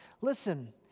Listen